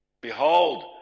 Behold